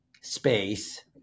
space